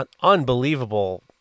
unbelievable